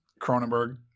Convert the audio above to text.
Cronenberg